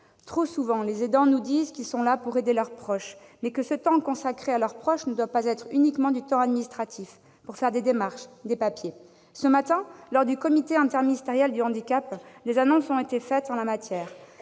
Trop souvent, les aidants nous disent qu'ils sont là pour aider leurs proches, mais que le temps consacré à ceux-ci ne doit pas être uniquement du temps administratif passé en démarches, en formalités. Ce matin, lors du comité interministériel du handicap, des annonces ont été faites en la matière.